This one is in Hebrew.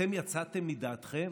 אתם יצאתם מדעתכם?